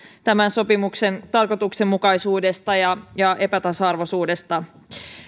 tämän sopimuksen tarkoituksenmukaisuudesta ja ja epätasa arvoisuudesta